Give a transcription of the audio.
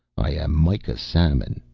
i am mikah samon.